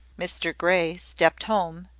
mr grey stepped home,